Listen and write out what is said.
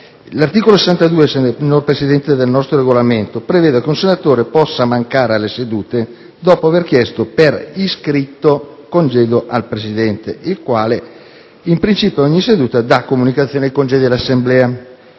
L'articolo 62 del nostro Regolamento prevede che: «Un Senatore può mancare alle sedute dopo aver chiesto per iscritto congedo al Presidente, il quale, in principio di ogni seduta, dà comunicazione dei congedi all'Assemblea».